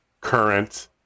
current